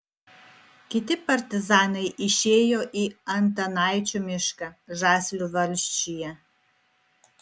kiti partizanai išėjo į antanaičių mišką žaslių valsčiuje